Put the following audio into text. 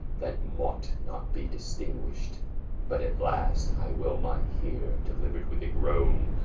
that mought not be distinguisht but at last, i well might heare, deliuered with a groane,